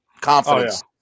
confidence